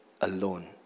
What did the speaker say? alone